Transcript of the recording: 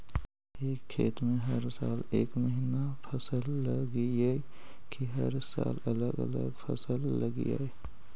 एक खेत में हर साल एक महिना फसल लगगियै कि हर साल अलग अलग फसल लगियै?